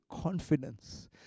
confidence